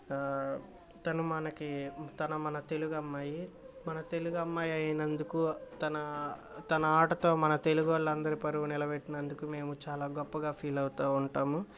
తను మనకి తను మన తెలుగు అమ్మాయి మన తెలుగు అమ్మాయి అయినందుకు తన తన ఆటతో మన తెలుగు వాళ్ళందరి పరువు నిలబెట్టినందుకు మేము చాలా గొప్పగా ఫీల్ అవుతూ ఉంటాము